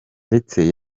ndetse